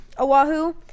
Oahu